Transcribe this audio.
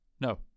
No